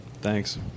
Thanks